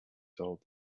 told